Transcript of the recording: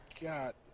God